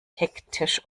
hektisch